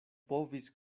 povis